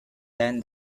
then